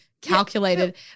calculated